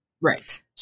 Right